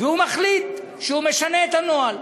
והוא מחליט שהוא משנה את הנוהל.